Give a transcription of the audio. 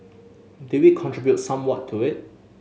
did we contribute somewhat to it